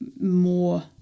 more